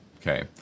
Okay